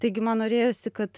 taigi man norėjosi kad